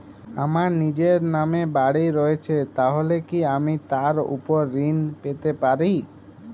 আমার নিজের নামে বাড়ী রয়েছে তাহলে কি আমি তার ওপর ঋণ পেতে পারি?